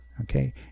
okay